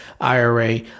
IRA